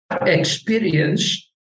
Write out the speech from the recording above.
experience